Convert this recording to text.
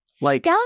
Like-